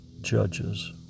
judges